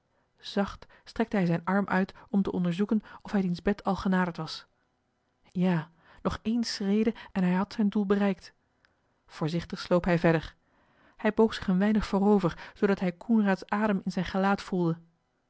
zacht strekte hij zijn arm uit om te onderzoeken of hij diens bed al genaderd was ja nog ééne schrede en hij had zijn doel bereikt voorzichtig sloop hij verder hij boog zich een weinig voorover zoodat hij coenraads adem in zijn gelaat voelde